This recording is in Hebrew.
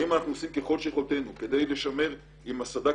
האם אנחנו עושים ככל יכולתנו כדי לשמר עם הסד"כ